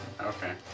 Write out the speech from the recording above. Okay